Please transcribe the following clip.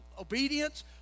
obedience